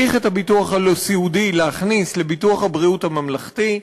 את הביטוח הסיעודי צריך להכניס לביטוח הבריאות הממלכתי,